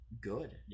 good